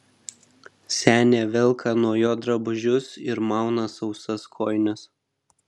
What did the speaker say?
senė velka nuo jo drabužius ir mauna sausas kojines